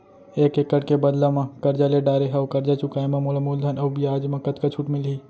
एक एक्कड़ के बदला म करजा ले डारे हव, करजा चुकाए म मोला मूलधन अऊ बियाज म कतका छूट मिलही?